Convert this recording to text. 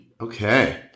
Okay